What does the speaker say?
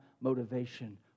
motivation